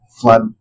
flood